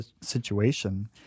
situation